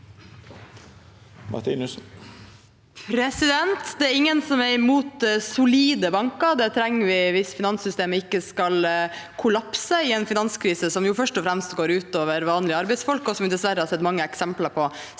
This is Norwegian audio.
Det er in- gen som er imot solide banker. Det trenger vi hvis finanssystemet ikke skal kollapse i en finanskrise, som jo først og fremst går ut over vanlige arbeidsfolk, som vi dessverre har sett mange eksempler på